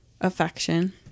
affection